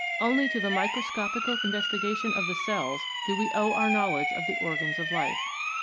only to the microscopical investiga tion of the cells do we owe our knowledge of the organs of life.